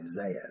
Isaiah